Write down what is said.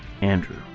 Andrew